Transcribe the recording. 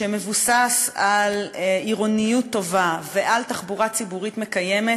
שמבוסס על עירוניות טובה ועל תחבורה ציבורית מקיימת,